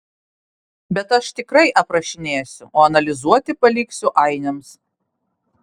bet aš tiktai aprašinėsiu o analizuoti paliksiu ainiams